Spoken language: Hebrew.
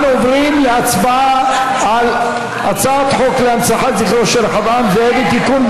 אנחנו עוברים להצבעה על הצעת חוק להנצחת זכרו של רחבעם זאבי (תיקון,